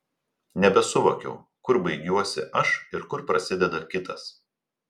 nebesuvokiau kur baigiuosi aš ir kur prasideda kitas